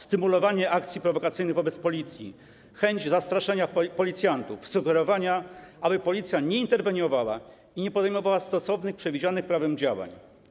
Stymulowanie akcji prowokacyjnych wobec policji, chęć zastraszenia policjantów, sugerowanie, aby policja nie interweniowała i nie podejmowała stosownych, przewidzianych prawem działań.